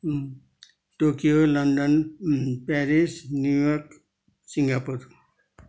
Tokyo London Paris New York Singapore